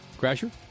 Crasher